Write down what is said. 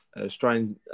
Australian